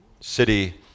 city